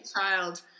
child